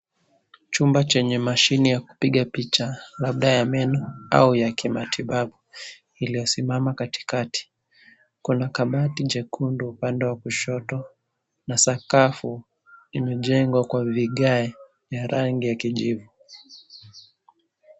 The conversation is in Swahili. Chumba chenye mashine ya kupiga picha labda ya meno au ya kimatibabu iliosimama katikati. Kuna kabati jekundu upande wa kushoto na sakafu imejengwa kwa vigae ya rangi ya kijivu